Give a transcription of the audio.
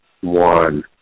one